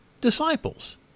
disciples